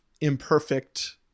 imperfect